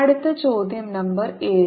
അടുത്ത ചോദ്യo നമ്പർ 7